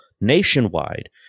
nationwide